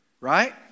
Right